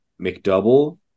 McDouble